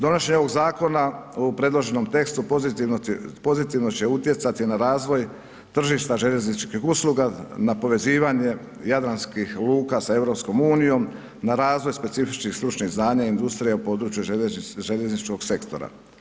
Donošenje ovog zakona u predloženom tekstu pozitivno će utjecati na razvoj tržišta željezničkih usluga na povezivanje Jadranskih luka sa EU, na razvoj specifičnih stručnih znanja i industrija u području željezničkog sektora.